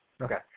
Okay